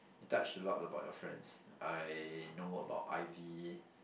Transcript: touch a lot about your friends I know about Ivy